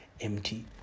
empty